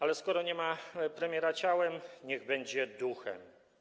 Ale skoro nie ma premiera ciałem, niech będzie obecny duchem.